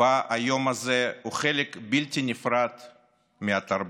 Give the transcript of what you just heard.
שבה היום הזה הוא חלק בלתי נפרד מהתרבות.